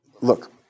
Look